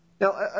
Now